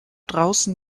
draußen